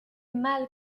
mal